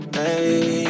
hey